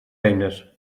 eines